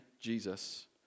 Jesus